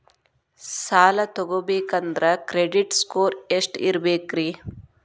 ಸಾಲ ತಗೋಬೇಕಂದ್ರ credit score ಎಷ್ಟ ಇರಬೇಕ್ರಿ?